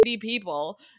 people